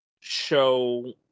show